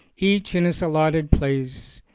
each in his allotted place,